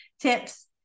tips